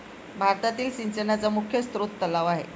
भारतातील सिंचनाचा मुख्य स्रोत तलाव आहे